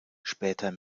später